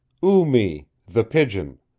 oo-mee, the pigeon,